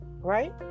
right